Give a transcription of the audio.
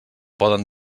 poden